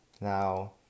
Now